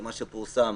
למה שפורסם